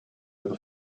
and